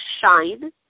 shine